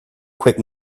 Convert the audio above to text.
quick